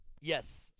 yes